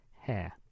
hair